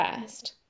first